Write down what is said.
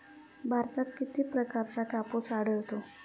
भारतात किती प्रकारचा कापूस आढळतो?